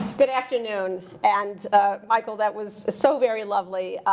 but afternoon, and michael, that was so very lovely.